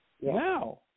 now